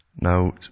Now